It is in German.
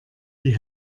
die